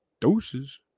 Doses